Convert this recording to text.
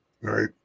right